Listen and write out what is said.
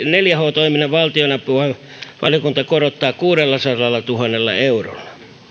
neljä h toiminnan valtionapua valiokunta korottaa kuudellasadallatuhannella eurolla